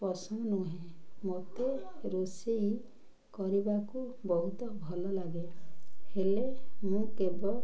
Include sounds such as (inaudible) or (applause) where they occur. ପସନ୍ଦ ନୁହେଁ ମୋତେ ରୋଷେଇ କରିବାକୁ ବହୁତ ଭଲ ଲାଗେ ହେଲେ ମୁଁ (unintelligible)